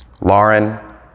Lauren